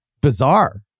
bizarre